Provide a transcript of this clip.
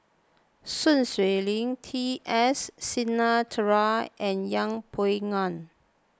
Sun Xueling T S Sinnathuray and Yeng Pway Ngon